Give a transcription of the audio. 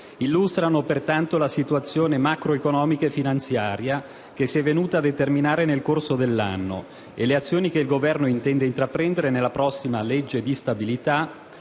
illustrano pertanto la situazione macroeconomica e finanziaria che si è venuta a determinare nel corso dell'anno e le azioni che il Governo intende intraprendere nella prossima legge di stabilità